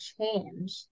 change